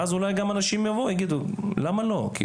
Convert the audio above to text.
ואז אולי גם אנשים יבואו יגידו למה לא?